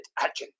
agent